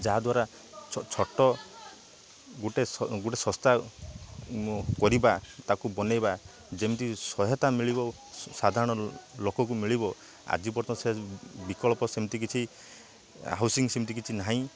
ଯାହାଦ୍ୱାରା ଛୋଟ ଗୋଟେ ସଂସ୍ଥା କରିବା ତାକୁ ବନାଇବା ଯେମିତି ସହାୟତା ମିଳିବ ସାଧାରଣ ଲୋକକୁ ମିଳିବ ଆଜି ପର୍ଯ୍ୟନ୍ତ ସେ ବିକଳ୍ପ ସେମ୍ତି କିଛି ହାଉସିଂ ସେମ୍ତି କିଛି ନାହିଁ